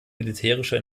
militärischer